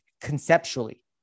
conceptually